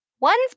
One's